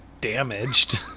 damaged